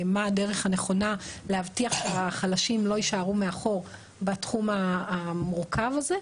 מה הדרך הנכונה להבטיח שהחלשים לא יישארו מאחור בתחום המורכב הזה.